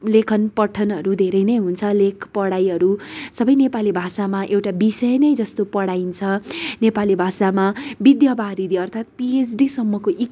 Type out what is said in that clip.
लेखन पठनहरू धेरै नै हुन्छ लेख पढाइहरू सबै नेपाली भाषामा एउटा विषय नै जस्तो पढाइन्छ नेपाली भाषामा विद्यावारिधी अर्थात पिएचडीसम्मको इक